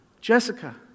Jessica